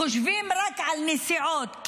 חושבים רק על נסיעות,